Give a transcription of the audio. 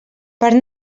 per